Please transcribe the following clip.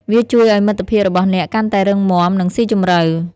វាជួយឱ្យមិត្តភាពរបស់អ្នកកាន់តែរឹងមាំ និងស៊ីជម្រៅ។